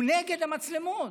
הוא נגד המצלמות.